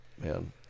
Man